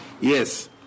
Yes